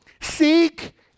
seek